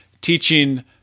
teaching